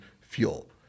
fuel